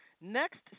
next